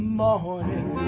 morning